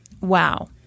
Wow